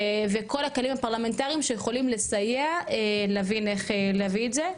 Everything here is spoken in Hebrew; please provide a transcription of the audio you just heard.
וכל הכלים הפרלמנטריים שיכולים לסייע להבין איך להביא את זה.